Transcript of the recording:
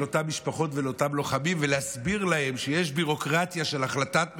לאותן משפחות ולאותם לוחמים ולהסביר להם שיש ביורוקרטיה של החלטת ממשלה?